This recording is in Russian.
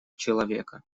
человека